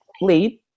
lead